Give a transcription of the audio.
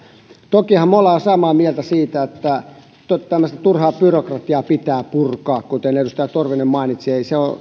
tokihan me olemme samaa mieltä siitä että tällaista turhaa byrokratiaa pitää purkaa kuten edustaja torvinen mainitsi ei se ole